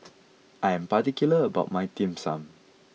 I am particular about my Dim Sum